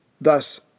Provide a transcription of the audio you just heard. thus